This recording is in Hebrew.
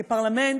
כפרלמנט,